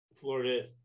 Florida